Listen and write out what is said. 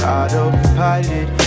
Autopilot